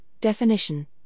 definition